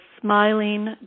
Smiling